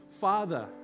father